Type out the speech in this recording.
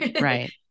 Right